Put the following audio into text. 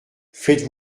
faites